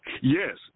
Yes